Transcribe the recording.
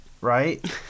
right